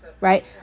right